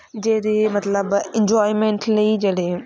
ਜਿਹੜੇ ਮਤਲਬ ਇੰਜੋਏਮੈਂਟ ਲਈ ਜਿਹੜੇ